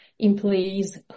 employees